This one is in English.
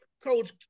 Coach